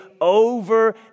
over